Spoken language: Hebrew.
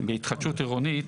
בהתחדשות עירונית,